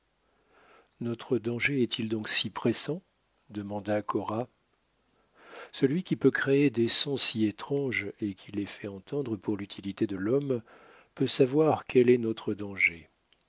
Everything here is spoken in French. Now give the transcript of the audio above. notre danger est-il donc si pressant demanda cora celui qui peut créer des sons si étranges et qui les fait entendre pour l'utilité de l'homme peut savoir quel est notre danger